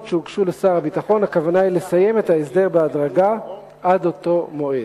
שהוגשו לשר הביטחון הכוונה היא לסיים את ההסדר בהדרגה עד אותו מועד.